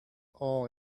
all